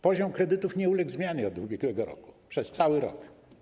Poziom kredytów nie uległ zmianie od ubiegłego roku, przez cały rok.